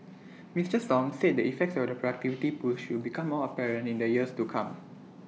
Mister song said the effects of the productivity push will become more apparent in the years to come